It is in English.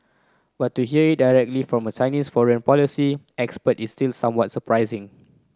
but to hear it directly from a Chinese foreign policy expert is still somewhat surprising